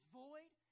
void